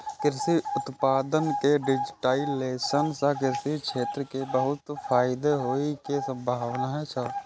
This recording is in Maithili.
कृषि उत्पाद के डिजिटाइजेशन सं कृषि क्षेत्र कें बहुत फायदा होइ के संभावना छै